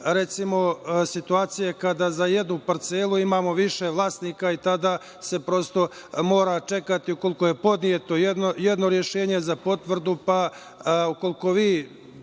recimo, situacije kada za jednu parcelu imamo više vlasnika i tada se prosto mora čekati ukoliko je podneto jedno rešenje za potvrdu, pa ukoliko vi